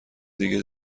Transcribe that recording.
دیگه